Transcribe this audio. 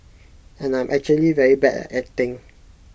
and I'm actually very bad at acting